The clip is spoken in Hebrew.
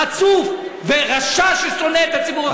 חצוף ורשע ששונא את הציבור החרדי.